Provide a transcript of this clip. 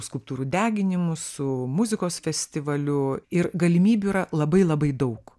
skulptūrų deginimu su muzikos festivaliu ir galimybių yra labai labai daug